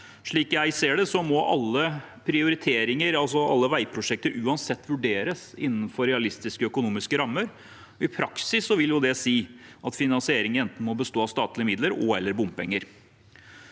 prioriteringer, altså alle veiprosjekter, uansett vurderes innenfor realistiske økonomiske rammer. I praksis vil det si at finansieringen enten må bestå av statlige midler og/eller bompenger.